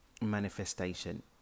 manifestation